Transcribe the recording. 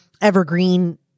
evergreen